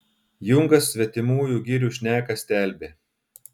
jungas svetimųjų girių šneką stelbė